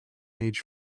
age